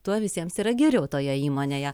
tuo visiems yra geriau toje įmonėje